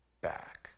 back